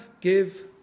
give